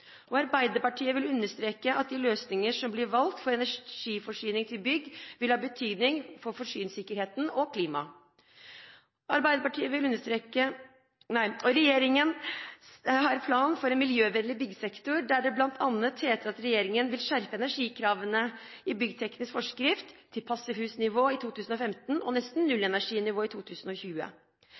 tilfredsstillende. Arbeiderpartiet vil understreke at de løsninger som blir valgt for energiforsyning til bygg, vil ha betydning for forsyningssikkerheten og klimaet. Regjeringen har en plan for en miljøvennlig byggesektor der det bl.a. heter at regjeringen vil skjerpe energikravene i byggeteknisk forskrift til passivhusnivå i 2015 og nesten nullenerginivå i 2020.